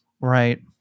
right